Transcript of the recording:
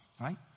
Right